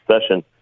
session